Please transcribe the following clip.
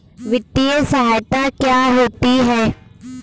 वित्तीय सहायता क्या होती है?